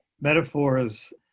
metaphors